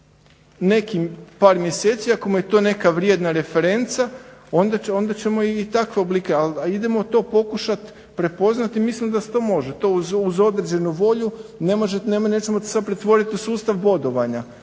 nekih par mjeseci ako mu je to neka vrijedna referenca onda ćemo i takve oblike. Ali idemo to pokušati prepoznati i mislim da se to može. To uz određenu volju nećemo sada pretvoriti u sustav bodovanja,